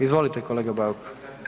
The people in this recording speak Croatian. Izvolite kolega Bauk.